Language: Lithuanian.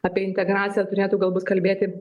apie integraciją turėtų galbūt kalbėti